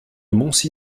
montcy